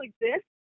exist